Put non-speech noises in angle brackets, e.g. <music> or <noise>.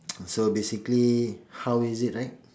<noise> so basically how is it like